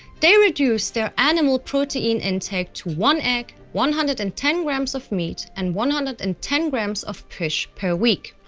they reduce their animal protein intake to one egg, one hundred and ten grams of meat, and one hundred and ten grams of fish per week.